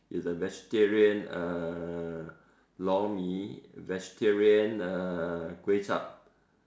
it's a vegetarian lor-mee vegetarian uh kway-zhap